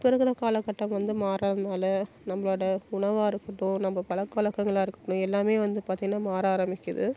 இப்போ இருக்கிற காலகட்டம் வந்து மாறதுனால நம்மளோட உணவாக இருக்கட்டும் நம்ம பழக்க வழக்கங்களா இருக்கட்டும் எல்லாம் வந்து பார்த்திங்கன்னா மாற ஆரம்பிக்குது